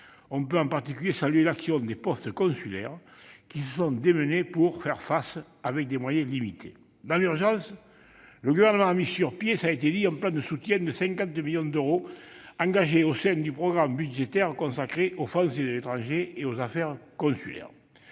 On peut, en particulier, saluer l'action des postes consulaires, qui se sont démenés pour faire face, avec des moyens limités. Dans l'urgence, le Gouvernement a mis sur pied un plan de soutien de 50 millions d'euros, engagés au sein du programme budgétaire consacré aux Français à l'étranger et aux affaires consulaires.